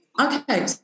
Okay